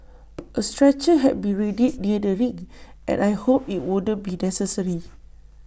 A stretcher had been readied near the ring and I hoped IT wouldn't be necessary